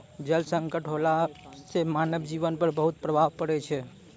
जल संकट होला सें मानव जीवन पर बहुत प्रभाव पड़ै छै